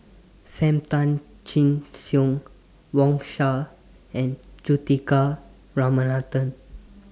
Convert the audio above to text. SAM Tan Chin Siong Wang Sha and Juthika Ramanathan